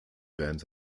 band